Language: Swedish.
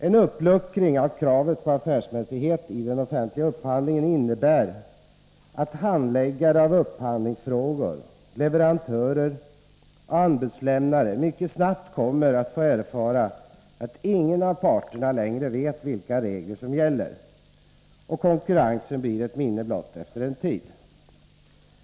En uppluckring av kravet på affärsmässighet i den offentliga upphandlingen innebär att handläggare av upphandlingsfrågor, leverantörer och anbudslämnare mycket snabbt kommer att få erfara att ingen av parterna längre vet vilka regler som gäller. Konkurrensen blir ett minne blott efter en tid.